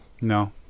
No